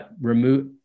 remove